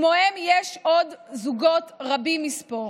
וכמוהם יש עוד זוגות רבים מספור.